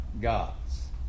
gods